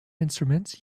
instruments